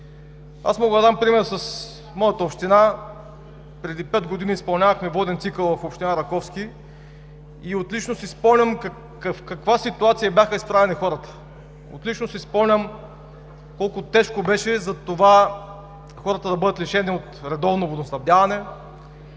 Мога да дам пример с моята община. Преди пет години изпълнявахме воден цикъл в община Раковски и отлично си спомням в каква ситуация бяха изправени хората. Отлично си спомням колко тежко беше хората да бъдат лишени от редовно водоснабдяване,